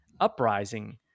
Uprising